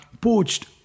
poached